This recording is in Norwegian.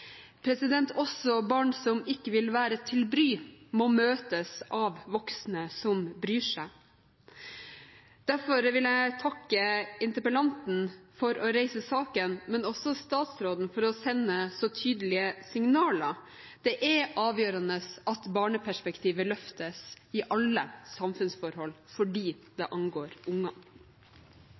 Også barn som ikke vil være til bry, må møtes av voksne som bryr seg. Derfor vil jeg takke interpellanten for å reise saken, men også statsråden for å sende så tydelige signaler. Det er avgjørende at barneperspektivet løftes i alle samfunnsforhold – fordi